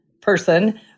person